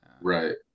right